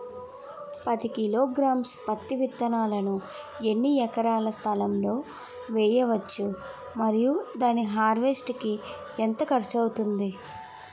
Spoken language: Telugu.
పది కిలోగ్రామ్స్ పత్తి విత్తనాలను ఎన్ని ఎకరాల స్థలం లొ వేయవచ్చు? మరియు దాని హార్వెస్ట్ కి ఎంత ఖర్చు అవుతుంది?